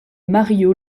mario